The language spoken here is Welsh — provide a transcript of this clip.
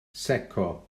secco